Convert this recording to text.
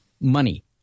money